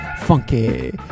funky